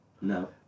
no